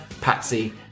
Patsy